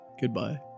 Goodbye